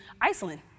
Iceland